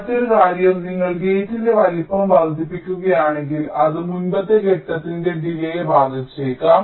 മറ്റൊരു കാര്യം നിങ്ങൾ ഗേറ്റിന്റെ വലുപ്പം വർദ്ധിപ്പിക്കുകയാണെങ്കിൽ അത് മുമ്പത്തെ ഘട്ടത്തിന്റെ ഡിലേയ് യും ബാധിച്ചേക്കാം